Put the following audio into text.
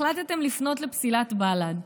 החלטתם לפנות לפסילת בל"ד.